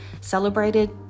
celebrated